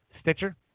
Stitcher